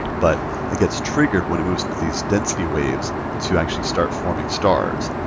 but it gets triggered when it moves into these density waves to actually start forming stars.